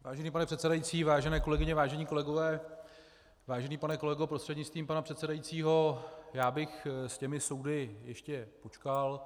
Vážený pane předsedající, vážené kolegyně, vážení kolegové, vážený pane kolego prostřednictvím pana předsedajícího, já bych s těmi soudy ještě počkal.